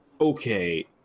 okay